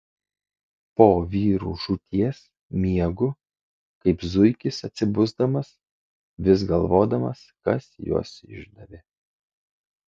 po vyrų žūties miegu kaip zuikis atsibusdamas vis galvodamas kas juos išdavė